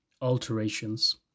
alterations